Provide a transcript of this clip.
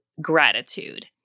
gratitude